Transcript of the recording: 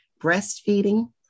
breastfeeding